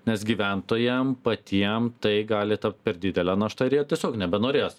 nes gyventojam patiem tai gali tapt per didele našta ir jie tiesiog nebenorės